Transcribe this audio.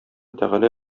тәгалә